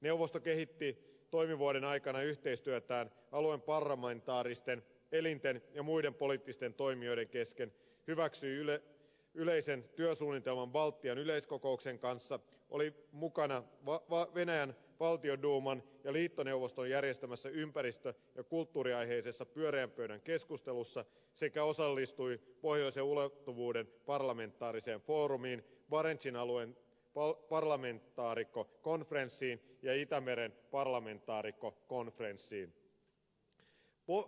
neuvosto kehitti toimivuoden aikana yhteistyötään alueen parlamentaaristen elinten ja muiden poliittisten toimijoiden kesken hyväksyi yleisen työsuunnitelman baltian yleiskokouksen kanssa oli mukana venäjän valtionduuman ja liittoneuvoston järjestämässä ympäristö ja kulttuuriaiheisessa pyöreän pöydän keskustelussa sekä osallistui pohjoisen ulottuvuuden parlamentaariseen foorumiin barentsin alueen parlamentaarikkokonferenssiin ja itämeren parlamentaarikkokonferenssiin